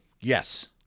yes